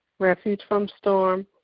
refugefromstorm